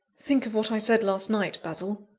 think of what i said last night, basil,